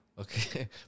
Okay